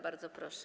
Bardzo proszę.